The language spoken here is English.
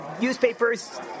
Newspapers